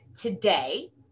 today